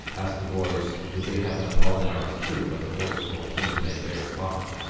asked the boys would they have an apollinaris too but the boys told tim to make theirs hot.